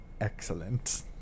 Excellent